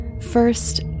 First